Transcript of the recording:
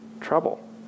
trouble